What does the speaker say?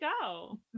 go